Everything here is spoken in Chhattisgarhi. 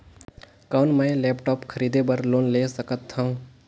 कौन मैं लेपटॉप खरीदे बर लोन ले सकथव?